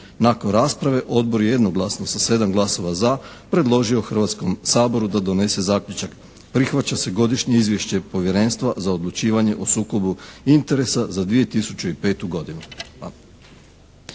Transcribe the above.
Nakon rasprave Odbor je jednoglasno sa 7 glasova za predložio Hrvatskom saboru da donese zaključak prihvaća se godišnje Povjerenstva za odlučivanje o sukobu interesa za 2005. godinu.